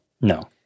No